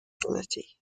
facility